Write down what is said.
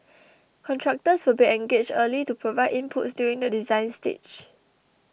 contractors will be engaged early to provide inputs during the design stage